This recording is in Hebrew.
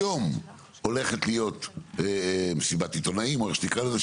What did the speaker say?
היום הולכת להיות מסיבת עיתונאים או איך שתקרא לזה,